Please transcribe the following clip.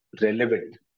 relevant